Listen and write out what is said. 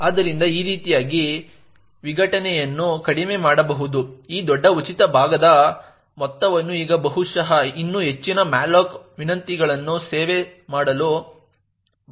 ಆದ್ದರಿಂದ ಈ ರೀತಿಯಾಗಿ ವಿಘಟನೆಯನ್ನು ಕಡಿಮೆ ಮಾಡಬಹುದು ಈ ದೊಡ್ಡ ಉಚಿತ ಭಾಗದ ಮೊತ್ತವನ್ನು ಈಗ ಬಹುಶಃ ಇನ್ನೂ ಹೆಚ್ಚಿನ malloc ವಿನಂತಿಗಳನ್ನು ಸೇವೆ ಮಾಡಲು ಬಳಸಬಹುದು